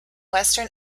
western